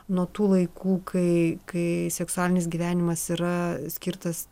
nuo tų laikų kai kai seksualinis gyvenimas yra skirtas